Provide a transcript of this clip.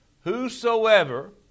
whosoever